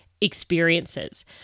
experiences